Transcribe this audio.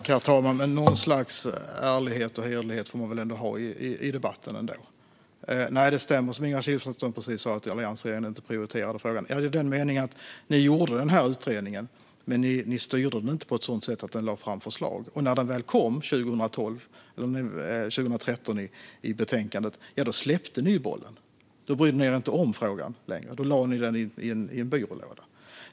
Herr talman! Något slags ärlighet och hederlighet får man väl ändå ha i debatten. Det stämmer, som Ingemar Kihlström just sa, att alliansregeringen inte prioriterade frågan. Det stämmer i den meningen att ni tillsatte utredningen, men ni styrde den inte på ett sådant sätt att den lade fram förslag. Och när betänkandet väl kom 2013 släppte ni bollen. Då brydde ni er inte om frågan längre. Då la ni den i en byrålåda.